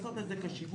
לעשות את זה כשיווק.